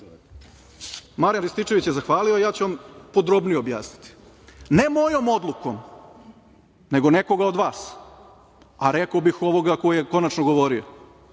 Marijan Rističević je zahvalio, a ja ću vam podrobnije objasniti. Ne mojom odlukom nego nekoga od vas, a rekao bih ovoga koji je konačno govorio,